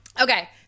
Okay